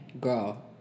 girl